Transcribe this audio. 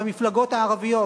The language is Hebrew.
והמפלגות הערביות,